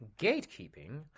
gatekeeping